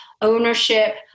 ownership